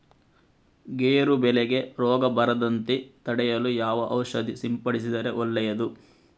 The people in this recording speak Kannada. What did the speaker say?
ಗೇರು ಬೆಳೆಗೆ ರೋಗ ಬರದಂತೆ ತಡೆಯಲು ಯಾವ ಔಷಧಿ ಸಿಂಪಡಿಸಿದರೆ ಒಳ್ಳೆಯದು?